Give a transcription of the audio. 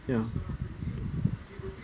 ya